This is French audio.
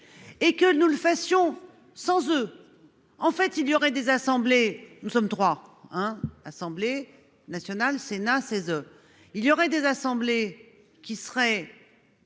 Et que nous le fassions sans eux. En fait il y aurait des assemblées. Nous sommes 3 hein, assemblée nationale, Sénat. 16. Il y aurait des assemblées qui serait.